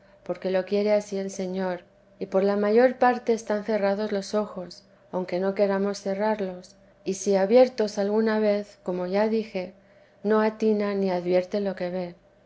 porque lo quiere ansí el señor y por la mayor parte están cerrados los ojos aunque no queramos cerrarlos y si abiertos alguna vez como ya dije no atina ni advierte lo que ve